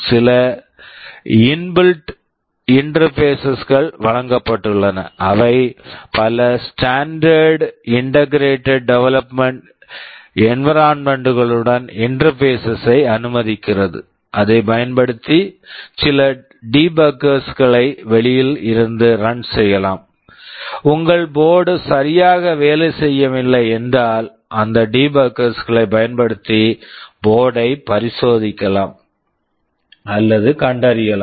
சில inbuilt interfaces inbuilt interfaces கள் வழங்கப்பட்டுள்ளன அவை பல standard integrated development environment standard integrated development environments களுடன் இன்டெர்பேஸஸ் interfaces ஐ அனுமதிக்கிறது அதைப் பயன்படுத்தி சில டிபக்கர்ஸ் debuggers களை வெளியில் இருந்து ரன் run செய்யலாம் உங்கள் போர்ட்டு board சரியாக வேலை செய்யவில்லை என்றால் அந்த டிபக்கர்ஸ் debuggers களைப் பயன்படுத்தி போர்ட்டு board யை பரிசோதிக்கலாம் அல்லது கண்டறியலாம்